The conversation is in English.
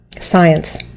science